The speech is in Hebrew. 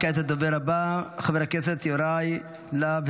וכעת הדובר הבא, חבר הכנסת יוראי להב